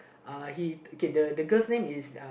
uh he K the the girl's name is uh